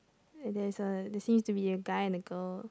and there's a there seems to be a guy and a girl